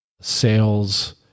sales